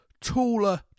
Taller